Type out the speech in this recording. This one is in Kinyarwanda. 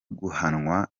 guhanwa